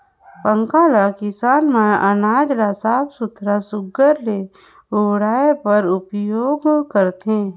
पंखा ल किसान मन अनाज ल साफ सुथरा सुग्घर ले उड़वाए बर उपियोग करथे